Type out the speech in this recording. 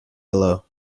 below